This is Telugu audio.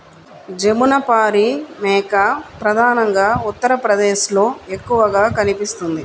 జమునపారి మేక ప్రధానంగా ఉత్తరప్రదేశ్లో ఎక్కువగా కనిపిస్తుంది